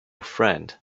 friend